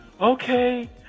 okay